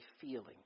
feeling